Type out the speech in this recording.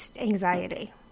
anxiety